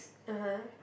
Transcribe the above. uh-huh